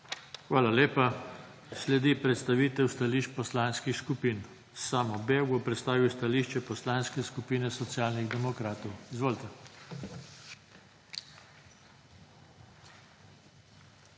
Hvala lepa. Sledi predstavitev stališ poslanskih skupin. Samo Bevk bo predstavil stališče Poslanske skupine Socialnih demokratov. Izvolite. **SAMO